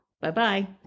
Bye-bye